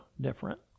different